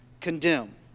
Condemn